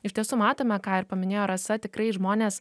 iš tiesų matome ką ir paminėjo rasa tikrai žmonės